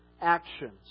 actions